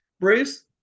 bruce